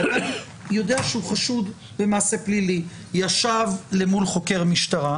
ואדם שיודע שהוא חשוד במעשה פלילי ישב למול חוקר משטרה,